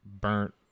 burnt